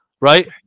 Right